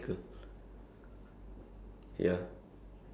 ya exactly don't even ask